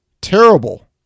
terrible